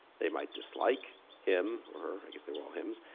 they might dislike him, or her, i guess they're all hims,